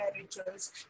rituals